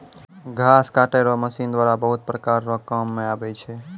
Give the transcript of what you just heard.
घास काटै रो मशीन द्वारा बहुत प्रकार रो काम मे आबै छै